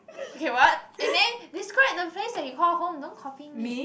okay what and then describe the place that you call home don't copy me